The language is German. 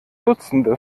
dutzende